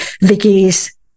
Vicky's